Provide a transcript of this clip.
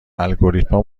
الگوریتمها